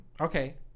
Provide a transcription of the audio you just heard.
Okay